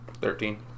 Thirteen